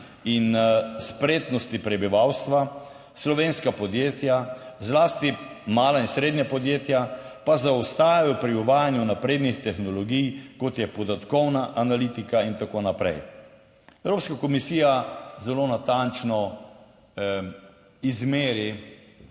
in spretnosti prebivalstva. Slovenska podjetja zlasti mala in srednja podjetja pa zaostajajo pri uvajanju naprednih tehnologij kot je podatkovna analitika in tako naprej. Evropska komisija zelo natančno izmeri